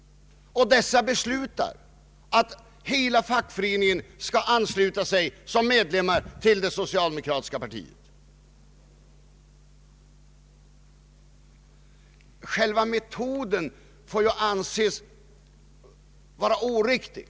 Dessa beslutar att hela fackföreningen skall ansluta sig till det socialdemokratiska partiet. Själva metoden får anses oriktig.